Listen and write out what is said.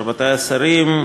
רבותי השרים,